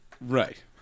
Right